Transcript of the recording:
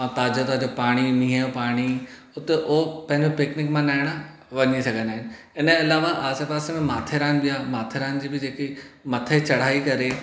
ऐं ताज़ा ताज़ा पाणी मींहं जो पाणी हुते जो पंहिंजो पिकनिक मनायण वञी सघंदा आहिनि इन जे अलावा आसे पासे माथेरान बि आहे माथेरान जी बि जेकी मथे चढ़ाई करे